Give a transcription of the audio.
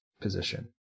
position